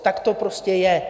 Tak to prostě je.